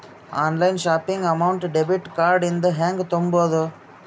Online shopping amount debit card ಇಂದ ಹೆಂಗ್ ತುಂಬೊದು?